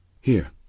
Here